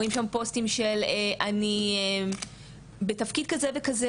רואים שם פוסטים של 'אני בתפקיד כזה וכזה,